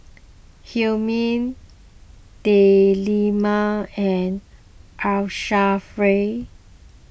Hilmi Delima and Asharaff